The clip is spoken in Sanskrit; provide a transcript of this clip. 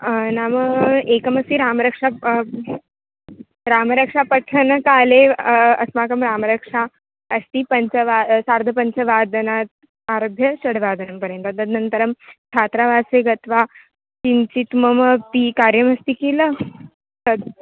हा नामा एकमस्ति रामरक्षा रामरक्षापठनकाले अस्माकं रामरक्षा अस्ति पञ्चवा सार्धपञ्चवादनात् आरभ्य षड्वादनं पर्यन्तं तद्ननन्तरं छात्रावासे गत्वा किञ्चित् मम पीकार्यमस्ति किल तद्